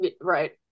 Right